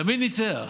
תמיד ניצח.